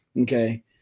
okay